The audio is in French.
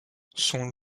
son